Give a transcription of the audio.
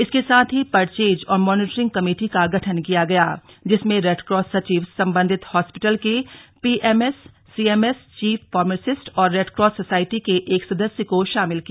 इसके साथ ही पर्चेज और मॉनिटरिंग कमेटी का गठन किया गया जिसमें रेडक्रॉस सचिव संबंधित हॉस्पिटल के पीएमएस सीएमएस चीफ फार्मासिस्ट और रेडक्रॉस सोसाइटी के एक सदस्य को शामिल किया